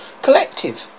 Collective